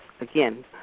again